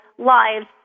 Lives